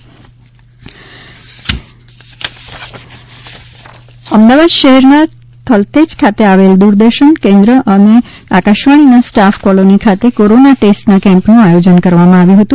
DD air staff checking Ahmedabad શહેરના થલતેજ ખાતે આવેલ દૂરદર્શન કેન્દ્ર અને આકાશવાણીના સ્ટાફ કોલોની ખાતે કોરોના ટેસ્ટના કેમ્પનું આયોજન કરવામાં આવ્યું હતું